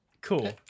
cool